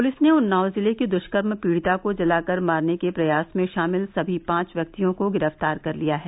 police ने उन्नाव जिले की दृष्कर्म पीड़िता को जलाकर मारने के प्रयास में शामिल सभी पांच व्यक्तियों को गिरफ्तार कर लिया है